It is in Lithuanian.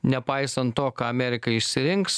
nepaisant to ką amerika išsirinks